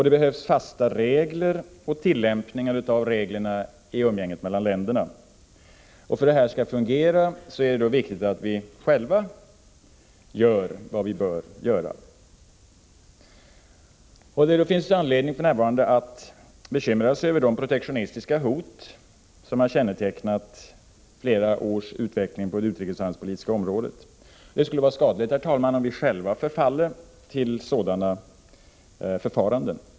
Det behövs fasta regler och tillämpningar av reglerna i umgänget mellan länderna, och för att det skall fungera är det viktigt att vi själva gör vad vi bör göra i det avseendet. Det finns anledning att bekymra sig över de protektionistiska hot som har kännetecknat flera års utveckling på det utrikeshandelspolitiska området. Det skulle vara skadligt, om vi själva förfaller till sådana förfaranden.